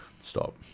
stop